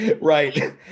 Right